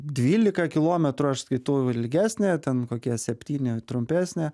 dvylika kilometrų aš skaitau ilgesnė ten kokie septyni trumpesnė